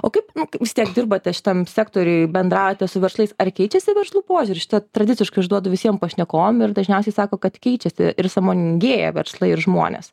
o kaip nu kaip vis tiek dirbate šitam sektoriui bendraujate su verslais ar keičiasi verslų požiūris šita tradiciškai užduodu visiem pašnekovam ir dažniausiai sako kad keičiasi ir sąmoningėja verslai ir žmones